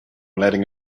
letting